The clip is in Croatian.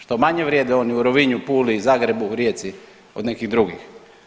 Što manje vrijede oni u Rovinju, Puli i Zagrebu, Rijeci od nekih drugih?